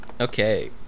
Okay